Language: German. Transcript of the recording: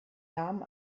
namen